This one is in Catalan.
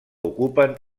ocupen